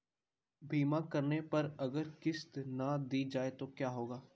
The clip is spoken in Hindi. बीमा करने पर अगर किश्त ना दी जाये तो क्या होगा?